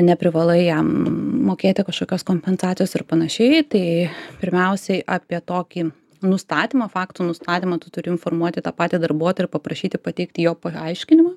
neprivalai jam mokėti kažkokios kompensacijos ir panašiai tai pirmiausiai apie tokį nustatymą fakto nustatymą turi informuoti tą patį darbuotoją paprašyti pateikti jo paaiškinimą